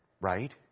Right